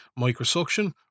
microsuction